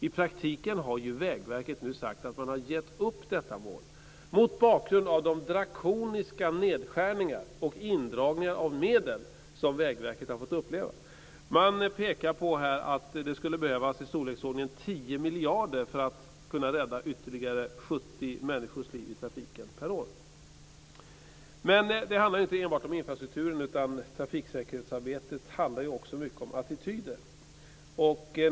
I praktiken har Vägverket nu sagt att man har gett upp detta mål mot bakgrund av de drakoniska nedskärningar och indragningar av medel som Vägverket har fått uppleva. Vägverket pekar på att det skulle behövas i storleksordningen 10 miljarder för att man skulle kunna rädda 70 människors liv i trafiken per år. Men det handlar inte enbart om infrastrukturen, utan trafiksäkerhetsarbetet handlar också mycket om attityder.